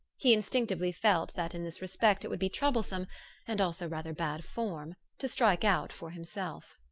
he instinctively felt that in this respect it would be troublesome and also rather bad form to strike out for himself.